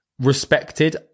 respected